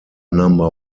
number